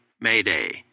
Mayday